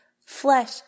flesh